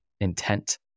intent